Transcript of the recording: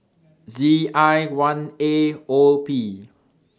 Z I one A O P